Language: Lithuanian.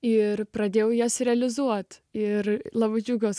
ir pradėjau jas realizuoti ir labai džiaugiuosi